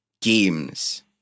games